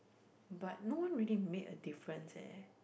but no one really make a difference eh